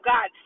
God